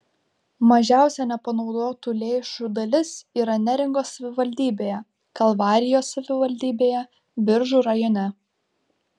mažiausia nepanaudotų lėšų dalis yra neringos savivaldybėje kalvarijos savivaldybėje biržų rajone